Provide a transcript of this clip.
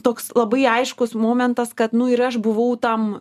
toks labai aiškus momentas kad nu ir aš buvau tam